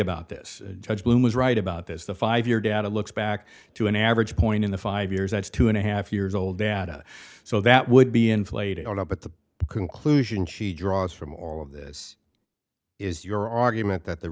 about this judge bloom was right about this the five year data looks back to an average point in the five years that's two and a half years old data so that would be inflated or not but the conclusion she draws from all of this is your argument that the